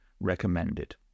recommended